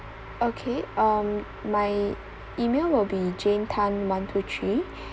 okay um my email will be jane tan one two three